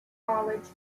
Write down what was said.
college